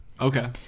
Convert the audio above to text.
Okay